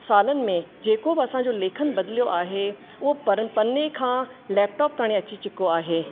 सालनि में जेको बि असांजो लेखन बदिलियो आहे उहो पर पने खां लैपटॉप ताणी अची चुको आहे